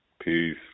Peace